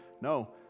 no